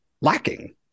lacking